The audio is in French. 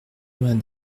vingt